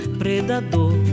predador